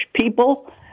people